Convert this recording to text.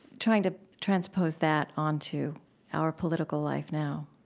trying to transpose that onto our political life now,